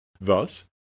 Thus